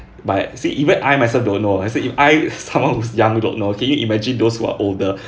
but see even I myself don't know I said if I someone who is younger don't know can you imagine those who are older